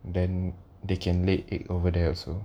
then they can lay egg over there also